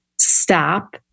stop